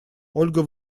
ольга